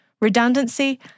redundancy